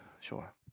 sure